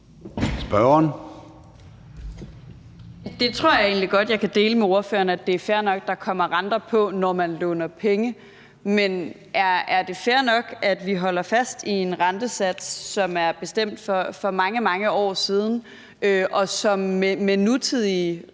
Det tror jeg egentlig godt jeg kan dele med ordføreren, altså at det er fair nok, at der kommer renter på, når man låner penge. Men er det fair nok, at vi holder fast i en rentesats, som er bestemt for mange, mange år siden, og som med nutidige rentebriller